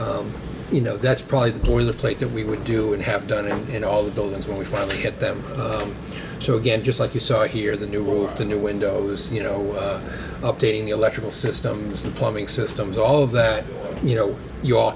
five you know that's probably more the plate that we would do and have done it in all the buildings when we finally get them so again just like you saw here the new world the new windows you know updating the electrical systems the plumbing systems all of that you know you all